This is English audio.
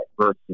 versus